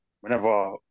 whenever